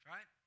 Right